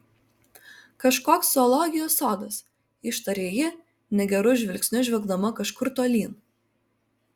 kažkoks zoologijos sodas ištarė ji negeru žvilgsniu žvelgdama kažkur tolyn